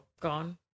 gone